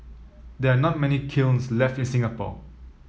there are not many kilns left in Singapore